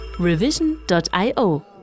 Revision.io